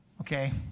okay